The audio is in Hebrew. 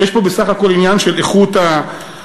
יש פה בסך הכול עניין של איכות ההוראה.